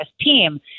team